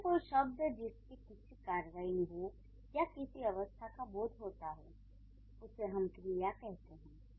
इसलिए कोई शब्द जिससे किसी कार्रवाई हो या किसी अवस्था का बोध होता हो उसे हम क्रिया कहते हैं